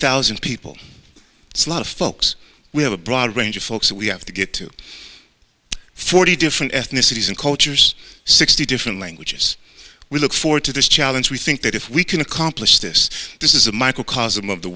thousand people slot folks we have a broad range of folks we have to get to forty different ethnicities and cultures sixty different languages we look forward to this challenge we think that if we can accomplish this this is a microcosm of the